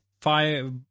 five